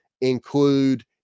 include